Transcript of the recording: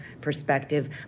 perspective